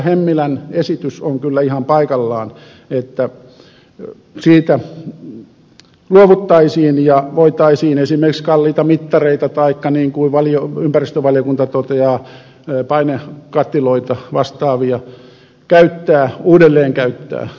hemmilän esitys on kyllä ihan paikallaan että siitä kohdasta luovuttaisiin ja voitaisiin esimerkiksi kalliita mittareita taikka niin kuin ympäristövaliokunta toteaa painekattiloita ja vastaavia uudelleen käyttää